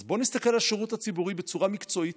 אז בואו נסתכל על השירות הציבורי בצורה מקצועית.